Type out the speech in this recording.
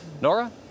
Nora